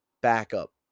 backup